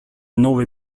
новой